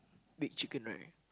big chicken right